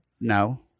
No